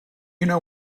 know